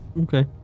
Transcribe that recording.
okay